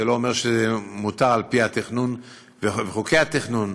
זה לא אומר שמותר על-פי התכנון וחוקי התכנון.